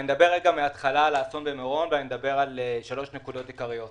אני מדבר על שלוש נקודות עיקריות